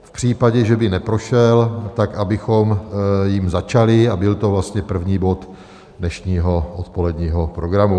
V případě, že by neprošel, tak abychom jím začali, a byl to vlastně první bod dnešního odpoledního programu.